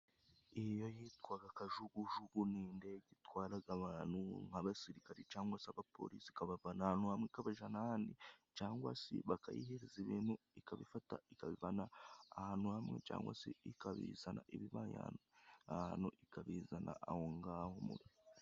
Iyo yitwa kajugujugu, ni indege itwara abantu, nk'abasirikare cyangwa se abapolisi, ikabavana ahantu hamwe ikabajyana ahandi, cyangwa se bakayihereza ibintu, ikabifata ikabivana ahantu hamwe cyangwa se ikabizana. Ibiba ahantu ikabizana aho ngaho mu..